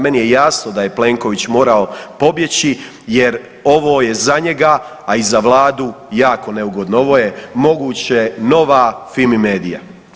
Meni je jasno da je Plenković morao pobjeći jer ovo je za njega, a i za vladu jako neugodno, ovo je moguće nova Fimi-medija.